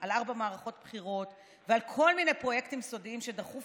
על ארבע מערכות בחירות ועל כל מיני פרויקטים סודיים שדחוף